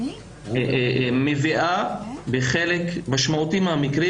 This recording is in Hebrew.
מביאה בחלק משמעותי מהמקרים,